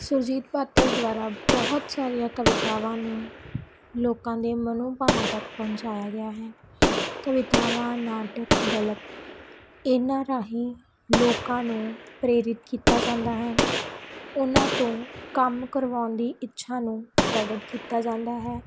ਸੁਰਜੀਤ ਪਾਤਰ ਦੁਆਰਾ ਬਹੁਤ ਸਾਰੀਆਂ ਕਵਿਤਾਵਾਂ ਨੂੰ ਲੋਕਾਂ ਦੇ ਮਨੋਭਾਵਾਂ ਤੱਕ ਪਹੁੰਚਾਇਆ ਗਿਆ ਹੈ ਕਵਿਤਾਵਾਂ ਨਾਟਕ ਗਲਪ ਇਹਨਾਂ ਰਾਹੀਂ ਲੋਕਾਂ ਨੂੰ ਪ੍ਰੇਰਿਤ ਕੀਤਾ ਜਾਂਦਾ ਹੈ ਉਹਨਾਂ ਤੋਂ ਕੰਮ ਕਰਵਾਉਣ ਦੀ ਇੱਛਾ ਨੂੰ ਪ੍ਰਗਟ ਕੀਤਾ ਜਾਂਦਾ ਹੈ